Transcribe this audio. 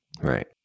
Right